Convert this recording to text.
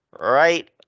right